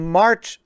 march